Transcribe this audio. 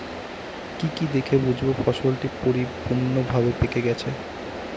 কি কি দেখে বুঝব ফসলটি পরিপূর্ণভাবে পেকে গেছে?